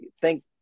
Thank